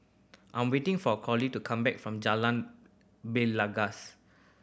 I'm waiting for Colie to come back from Jalan Belangkas